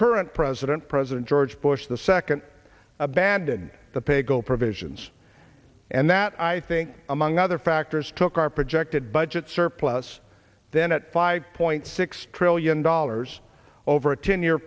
current president president george bush the second abandoned the paygo provisions and that i think among other factors took our projected budget surplus then at five point six trillion dollars over a ten year